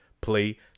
play